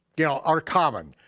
you know, are common.